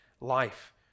life